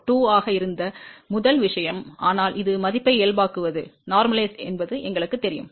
2 ஆக இருந்த முதல் விஷயம் ஆனால் அது மதிப்பை இயல்பாக்குவது என்பது எங்களுக்குத் தெரியும்